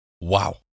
Wow